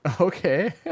Okay